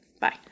Bye